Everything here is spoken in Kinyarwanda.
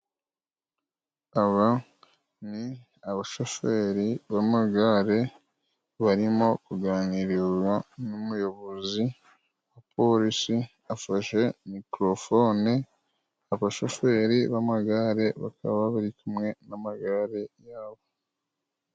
Aba ni abashoferi b'amagare barimo kuganira n'umuyobozi wa Polisi afashe Mikorofone, abashoferi b'amagare bakaba bari kumwe n'amagare yabo.